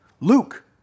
Luke